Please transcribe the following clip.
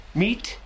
meet